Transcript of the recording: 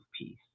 peace